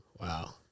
wow